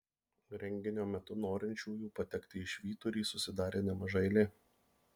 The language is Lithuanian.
renginio metu norinčiųjų patekti į švyturį susidarė nemaža eilė